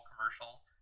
commercials